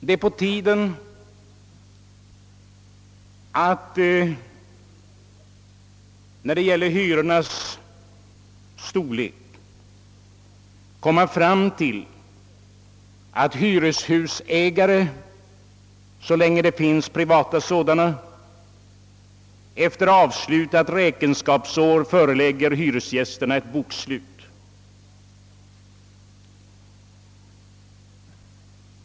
Det är på tiden att när det gäller hyrornas storlek komma fram till den ordningen att hyreshusägare, så länge det finns privata sådana, efter avslutat räkenskapsår förelägger hyresgästerna ett bokslut.